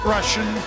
Russian